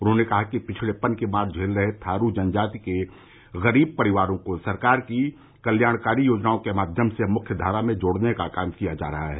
उन्होंने कहा कि पिछड़ेपन की मार झेल रहे थारू जनजाति के गरीब परिवारों को सरकार की कत्याणकारी योजनाओं के माध्यम से मुख्य धारा में जोड़ने का काम किया जा रहा है